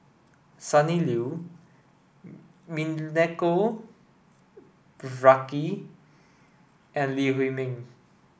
Sonny Liew Milenko Prvacki and Lee Huei Min